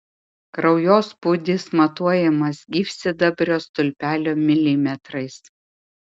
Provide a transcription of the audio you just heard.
kraujospūdis matuojamas gyvsidabrio stulpelio milimetrais